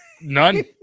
none